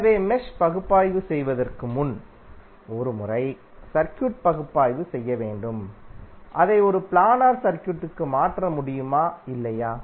எனவே மெஷ் பகுப்பாய்வு செய்வதற்கு முன் ஒரு முறை சர்க்யூட் பகுப்பாய்வு செய்ய வேண்டும் அதை ஒரு பிளானர் சர்க்யூட்க்கு மாற்ற முடியுமா இல்லையா